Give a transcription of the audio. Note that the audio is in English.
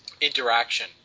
interaction